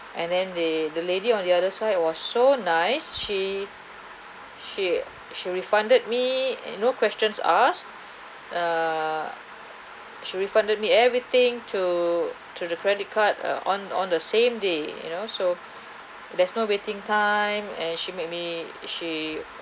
and then they the lady on the other side was so nice she she she refunded me and no questions asked err she refunded me everything to to the credit card ah on on the same day you know so there's no waiting time and she made me she